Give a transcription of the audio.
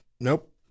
Nope